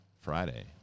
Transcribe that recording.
Friday